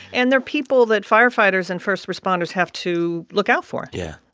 and they're people that firefighters and first responders have to look out for yeah.